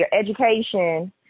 education